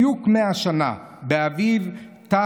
הבריטי, לפני בדיוק 100 שנה, באביב תרפ"א.